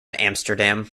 amsterdam